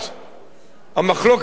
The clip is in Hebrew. המחלוקת על המקרקעין,